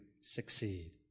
succeed